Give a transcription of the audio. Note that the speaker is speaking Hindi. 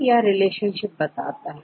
यह रिलेशनशिप है